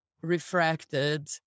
refracted